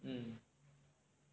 mm